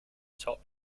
top